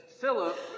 Philip